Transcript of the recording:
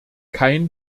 kein